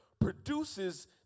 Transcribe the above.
produces